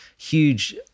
huge